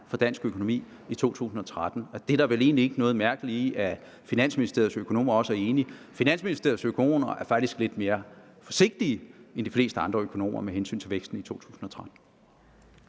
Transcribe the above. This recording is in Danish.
for dansk økonomi i 2013. Og der er vel egentlig ikke noget mærkeligt i, at Finansministeriets økonomer også er enige. Finansministeriets økonomer er faktisk lidt mere forsigtige end de fleste andre økonomer med hensyn til væksten i 2013.